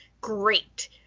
Great